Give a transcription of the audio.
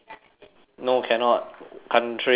no cannot country